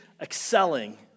excelling